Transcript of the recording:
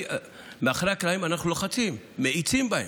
אנחנו מאחורי הקלעים לוחצים ומאיצים בהם.